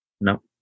No